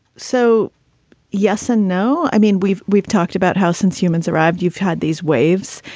so yes and no. i mean, we've we've talked about how since humans arrived, you've had these waves.